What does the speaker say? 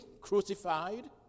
crucified